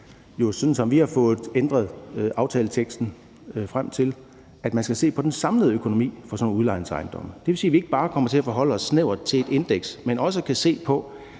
jo, som vi har fået ændret det til i aftaleteksten, skal se på den samlede økonomi for sådan nogle udlejningsejendomme. Det vil sige, at vi ikke bare kommer til at forholde os snævert til et indeks, men også kan se på,